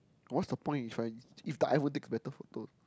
what's the point in trying if the iPhone takes better photo